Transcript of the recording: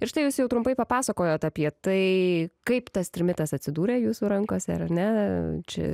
ir štai jūs jau trumpai papasakojoe apie tai kaip tas trimitas atsidūrė jūsų rankose ar ne čia